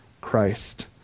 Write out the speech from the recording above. Christ